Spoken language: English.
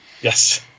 Yes